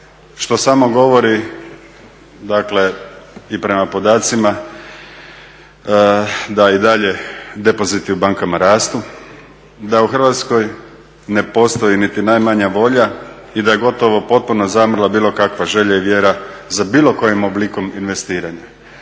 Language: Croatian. što samo govori, dakle i prema podacima da i dalje depoziti u bankama rastu, da u Hrvatskoj ne postoji niti najmanja volja i da je gotovo potpuno zamrla bilo kakva želja i vjera za bilo kojim oblikom investiranja.